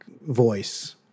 voice